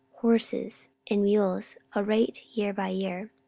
horses, and mules, a rate year by year.